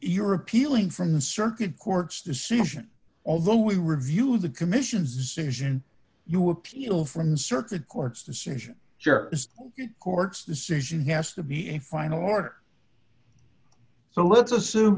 you're appealing from the circuit court's decision although we reviewed the commission's decision you appeal from circuit court's decision your court's decision has to be a final order so let's assume